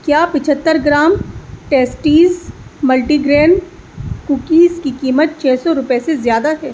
کیا پچہتر gram Tasties multigrain cookies کی قیمت چھ سو روپئے سے زیادہ ہے